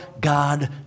God